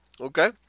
Okay